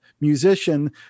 musician